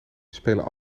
spelen